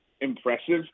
impressive